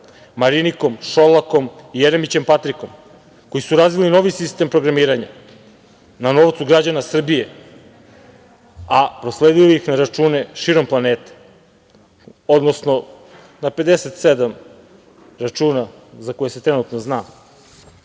Marinikom, Šolakom, Jeremićem, Patrikom, koji su razvili novi sistem programiranja, na novcu građana Srbije, a prosledili ih na račune širom planete, odnosno na 57 računa za koje se trenutno